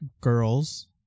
girls